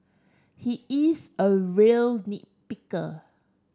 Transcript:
he is a real nit picker